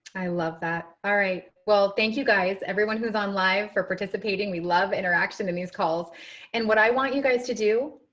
i love that. all right. well, thank you, guys. everyone who is online for participating, we love interacting in these calls and what i want you guys to do.